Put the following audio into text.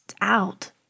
out